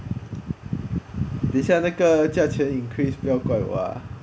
等下那个价钱 increase 不要怪我 ah